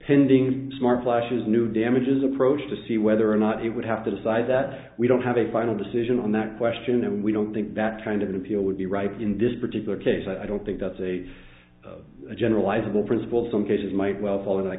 pending smart flash's new damages approach to see whether or not it would have to decide that we don't have a final decision on that question and we don't think that kind of an appeal would be right in this particular case i don't think that's a of a generalizable principle some cases might well fall of th